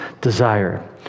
desire